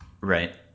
Right